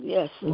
Yes